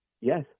Yes